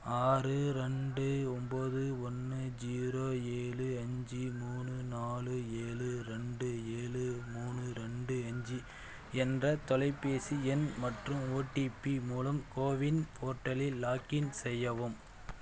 ஆறு ரெண்டு ஒம்பது ஒன்று ஜீரோ ஏழு அஞ்சு மூணு நாலு ஏழு ரெண்டு ஏழு மூணு ரெண்டு அஞ்சு என்ற தொலைபேசி எண் மற்றும் ஓடிபி மூலம் கோவின் போர்ட்டலில் லாக்இன் செய்யவும்